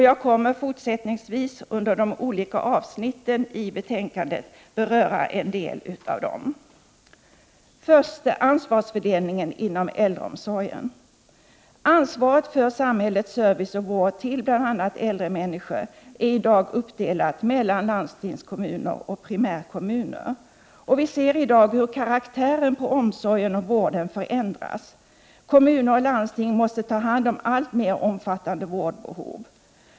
Jag kommer fortsättningsvis att under de olika avsnitten i betänkandet beröra en del av dessa. Först ansvarsfördelningen inom äldreomsorgen. Ansvaret för samhällets service och vård för bl.a. äldre människor är i dag uppdelat mellan landstingskommuner och primärkommuner. Vi ser i dag hur karaktären på omsorgen och vården förändras. Kommuner och landsting måste ta hand om alltmer omfattande vårdbehov.